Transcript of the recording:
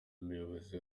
umuyobozi